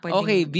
okay